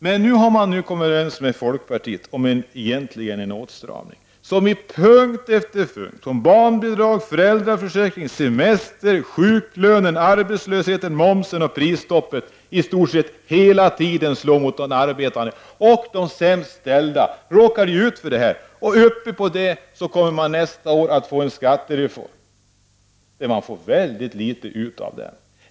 Men nu har man kommit överens med folkpartiet om en åtstramning, som på punkt efter punkt — när det gäller barnbidrag, föräldraförsäkring, semester, sjuklön, arbetslösheten, momsen och prisstoppet — i stort sett genomgående slår mot de arbetande och de sämst ställda. Därutöver kommer man nästa år att få en skattereform, som man får ut mycket litet av.